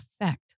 effect